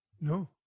No